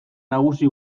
nagusi